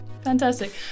Fantastic